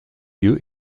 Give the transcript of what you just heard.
lieu